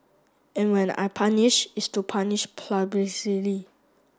and when I punish it's to punish